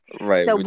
right